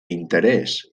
interés